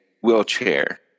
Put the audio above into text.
wheelchair